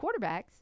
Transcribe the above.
quarterbacks